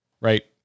Right